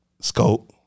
scope